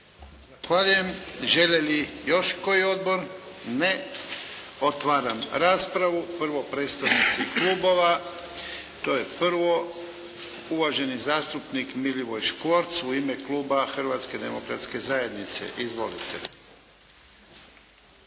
Zahvaljujem. Žele li još koji odbor? Ne. Otvaram raspravu. Prvo predstavnici klubova, to je prvo. Uvaženi zastupnik Milivoj Škvorc u ime Kluba Hrvatske demokratske zajednice. Izvolite.